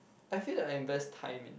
I feel that I invest time in